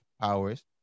powers